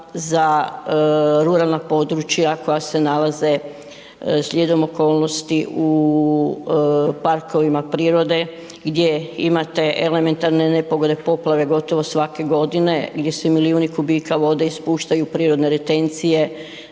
za ruralna područja koja se nalaze slijedom okolnosti u parkovima prirode gdje imate elementarne nepogode, poplave gotovo svake godine gdje se milijuni kubika vode ispuštaju prirodne retencije,